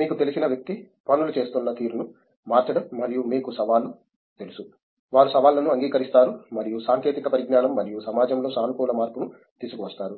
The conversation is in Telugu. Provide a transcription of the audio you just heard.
మీకు తెలిసిన వ్యక్తి పనులు చేస్తున్న తీరును మార్చడం మరియు మీకు సవాలు తెలుసు వారు సవాళ్లను అంగీకరిస్తారు మరియు సాంకేతిక పరిజ్ఞానం మరియు సమాజంలో సానుకూల మార్పును తీసుకువస్తారు